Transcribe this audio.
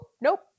nope